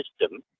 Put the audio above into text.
system